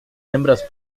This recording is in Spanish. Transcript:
hembras